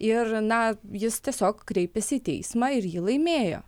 ir na jis tiesiog kreipėsi į teismą ir jį laimėjo